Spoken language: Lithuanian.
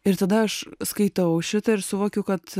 ir tada aš skaitau šitą ir suvokiu kad